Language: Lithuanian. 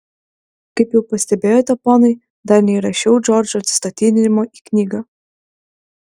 kaip jau pastebėjote ponai dar neįrašiau džordžo atsistatydinimo į knygą